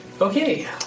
Okay